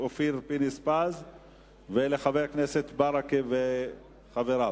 אופיר פינס-פז ולחבר הכנסת ברכה וחבריו.